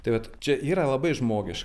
tai vat čia yra labai žmogiška